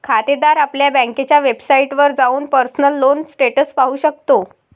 खातेदार आपल्या बँकेच्या वेबसाइटवर जाऊन पर्सनल लोन स्टेटस पाहू शकतो